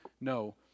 no